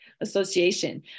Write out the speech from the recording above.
Association